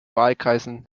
wahlkreisen